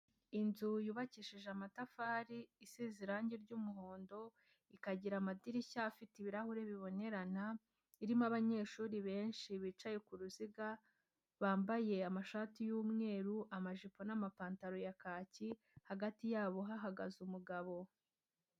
Inzu yubakishije amatafari isize irangi ry'umuhondo ikagira amadirishya afite ibirahure bibonerana, irimo abanyeshuri benshi bicaye ku ruziga bambaye amashati y'umweru amajipo n'amapantaro ya kaki hagati yabo hahagaze umugabo.